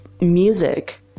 music